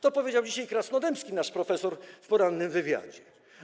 To powiedział dzisiaj Krasnodębski, nasz profesor, w porannym wywiadzie.